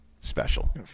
special